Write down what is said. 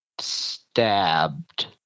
stabbed